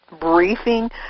briefing